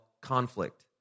conflict